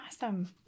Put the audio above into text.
awesome